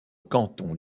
cantons